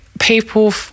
people